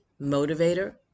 motivator